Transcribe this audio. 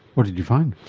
what did you find?